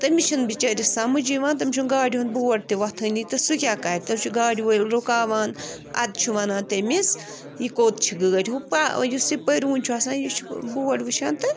تٔمِس چھِنہٕ بِچٲرِس سمجھ یِوان تٔمِس چھُ گاڑِ ہُنٛد بورڈ تہِ وۅتھانٕے تہٕ سُہ کیٛاہ کَرِ تُہۍ چھُ گاڑِ وٲلۍ رُکاوان اَدٕ چھُ وَنان تٔمِس یہِ کوٚت چھِ گٲڑۍ ہُہ پا یُس یہِ پٔرۍوُن چھُ آسان یہِ چھُ بورڈ وُچھان تہٕ